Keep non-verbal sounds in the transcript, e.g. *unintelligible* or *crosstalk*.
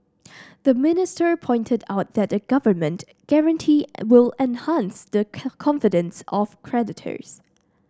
the minister pointed out that a government guarantee will enhance the *unintelligible* confidence of creditors